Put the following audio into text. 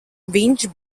viņš